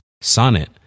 Sonnet